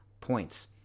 points